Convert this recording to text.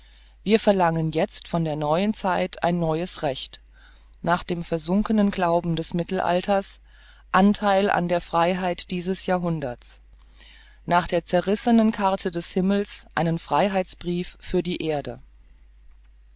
wir verlangen jetzt von der neuen zeit ein neues recht nach dem versunkenen glauben des mittelalters antheil an der freiheit dieses jahrhunderts nach der zerrissenen charte des himmels einen freiheitsbrief für die erde